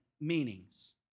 meanings